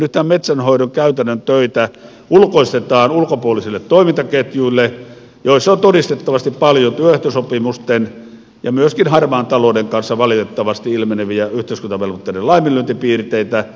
nythän metsänhoidon käytännön töitä ulkoistetaan ulkopuolisille toimintaketjuille joissa on todistettavasti paljon työehtosopimusten ja myöskin harmaan talouden kanssa valitettavasti ilmeneviä yhteiskuntavelvoitteiden laiminlyöntipiirteitä